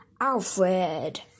Alfred